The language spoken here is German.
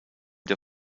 der